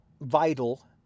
vital